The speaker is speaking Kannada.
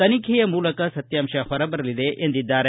ತನಿಖೆಯ ಮೂಲಕ ಸತ್ಯಾಂಶ ಹೊರಬರಲಿದೆ ಎಂದಿದ್ದಾರೆ